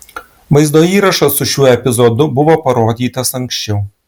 vaizdo įrašas su šiuo epizodu buvo parodytas anksčiau